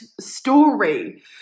story